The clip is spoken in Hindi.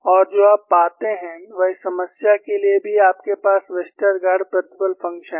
और जो आप पाते हैं वह इस समस्या के लिए भी आपके पास वेस्टरगार्ड प्रतिबल फंक्शन है